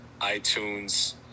iTunes